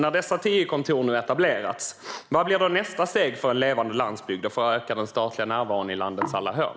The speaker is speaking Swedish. När dessa tio kontor har etablerats, vad blir då nästa steg för en levande landsbygd och för att öka den statliga närvaron i landets alla hörn?